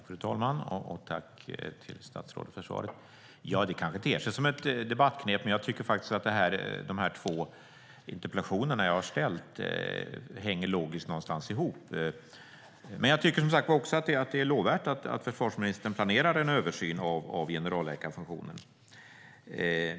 Fru talman! Tack, statsrådet, för svaret! Det kanske ter sig som ett debattknep, men jag tycker faktiskt att de två interpellationer jag har ställt någonstans hänger ihop logiskt. Jag tycker som sagt också att det är lovvärt att försvarsministern planerar en översyn av generalläkarfunktionen.